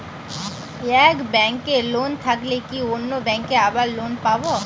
এক ব্যাঙ্কে লোন থাকলে কি অন্য ব্যাঙ্কে আবার লোন পাব?